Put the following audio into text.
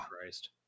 Christ